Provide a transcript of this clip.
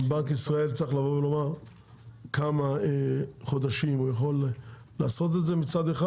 בנק ישראל צריך לבוא ולומר כמה חודשים הוא יכול לעשות את זה מצד אחד.